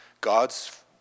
God's